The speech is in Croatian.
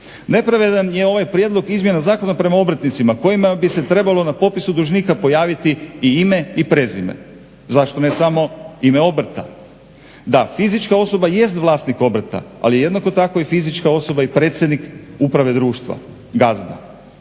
Nepravedan je ovaj prijedlog izmjena zakona prema obrtnicima kojima bi se trebalo na popisu dužnika pojaviti i ime i prezime. Zašto ne samo ime obrta? Da, fizička osoba jest vlasnik obrta ali jednako tako i fizička osoba i predsjednik uprave društva, gazda.